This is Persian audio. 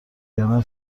کردن